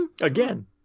Again